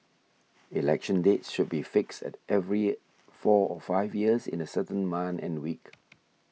election dates should be fixed at every year four or five years in a certain month and week